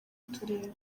turere